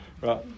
right